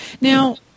Now